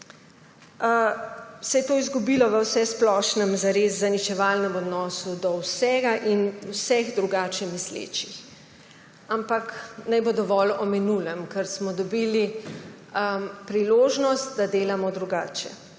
se je to izgubilo v vsesplošnem zares zaničevalnem odnosu do vsega in vseh drugače mislečih. Ampak, naj bo dovolj o minulem, ker smo dobili priložnost, da delamo drugače.